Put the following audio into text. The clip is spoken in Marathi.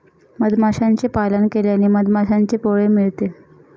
मधमाशांचे पालन केल्याने मधमाशांचे पोळे मिळते